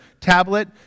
tablet